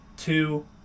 Two